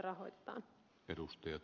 herra puhemies